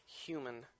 human